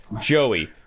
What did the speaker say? Joey